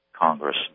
Congress